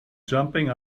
jumping